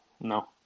no